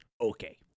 Okay